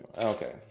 Okay